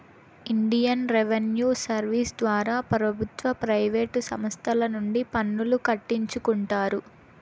Indian revenue service ద్వారా ప్రభుత్వ private సంస్తల నుండి పన్నులు కట్టించుకుంటారు